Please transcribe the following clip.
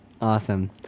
Awesome